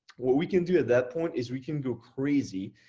what we can do at that point is we can go crazy,